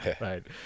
right